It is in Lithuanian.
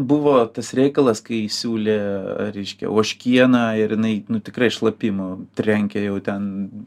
buvo tas reikalas kai siūlė reiškia ožkieną ir jinai tikrai šlapimu trenkė jau ten